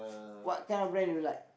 what kind of brand do you like